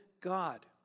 God